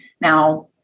Now